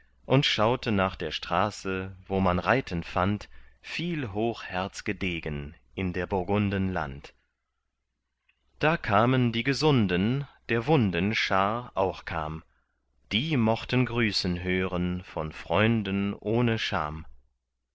und schaute nach der straße wo man reiten fand viel hochherzge degen in der burgunden land da kamen die gesunden der wunden schar auch kam die mochten grüßen hören von freunden ohne scham